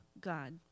God